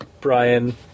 Brian